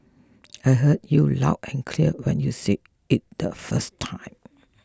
I heard you loud and clear when you said it the first time